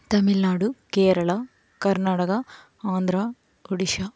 Tamil Nadu Kerala Karnataka Andhra Orissa